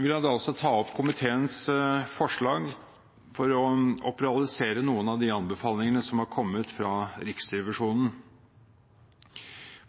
vil jeg anbefale komiteens forslag for å operasjonalisere noen av de anbefalingene som har kommet fra Riksrevisjonen.